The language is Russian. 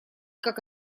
как